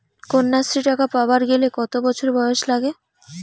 কন্যাশ্রী টাকা পাবার গেলে কতো বছর বয়স লাগে?